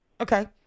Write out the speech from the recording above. Okay